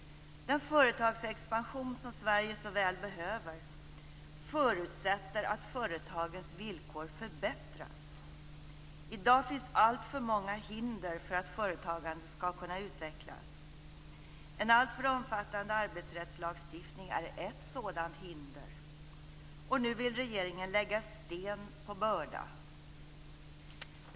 Den företagsexpansion som Sverige så väl behöver förutsätter att företagens villkor förbättras. I dag finns alltför många hinder för att företagandet skall kunna utvecklas. En alltför omfattande arbetsrättslagstiftning är ett sådant hinder. Och nu vill regeringen lägga sten på börda.